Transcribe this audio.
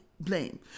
blame